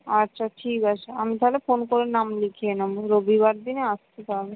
আচ্ছা ঠিক আছে আমি তাহলে ফোন করে নাম লিখিয়ে নেবো রবিবার দিনে আসছি তাহলে